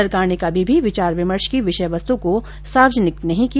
सरकार ने कभी भी विचार विमर्श की विषयवस्त् को सार्वजनिक नहीं किया